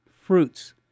fruits